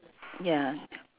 ya